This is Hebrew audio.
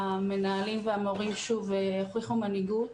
המנהלים והמורים במגזר החרדי הוכיחו מנהיגות